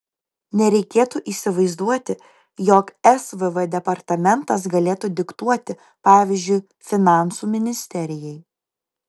nereikėtų įsivaizduoti jog svv departamentas galėtų diktuoti pavyzdžiui finansų ministerijai